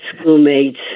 schoolmates